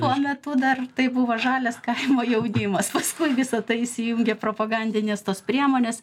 tuo metu dar tai buvo žalias kaimo jaunimas paskui visa tai įsijungė propagandinės tos priemonės